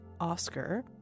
Oscar